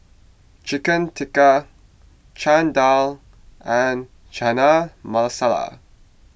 Chicken Tikka Chana Dal and Chana Masala